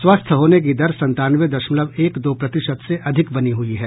स्वस्थ होने की दर संतानवे दशमलव एक दो प्रतिशत से अधिक बनी हुई है